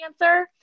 answer